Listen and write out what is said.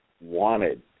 wanted